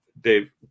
Dave